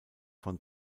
von